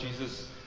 jesus